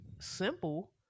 simple